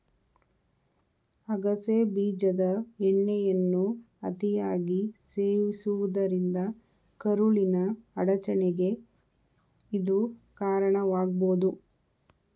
ಅಗಸೆ ಬೀಜದ ಎಣ್ಣೆಯನ್ನು ಅತಿಯಾಗಿ ಸೇವಿಸುವುದರಿಂದ ಕರುಳಿನ ಅಡಚಣೆಗೆ ಇದು ಕಾರಣವಾಗ್ಬೋದು